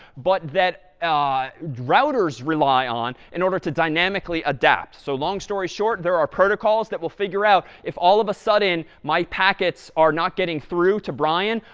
but that ah routers rely on in order to dynamically adapt. so long story short, there are protocols that will figure out if all of a sudden my packets are not getting through to brian,